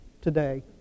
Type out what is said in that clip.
today